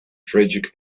tragic